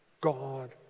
God